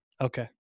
Okay